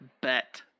bet